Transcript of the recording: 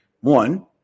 One